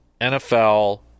NFL